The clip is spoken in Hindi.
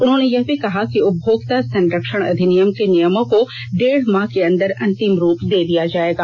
उन्होंने यह भी कहा कि उपभोक्ता संरक्षण अधिनियम के नियमों को डेढ माह के अंदर अंतिम रूप दे दिया जाएगा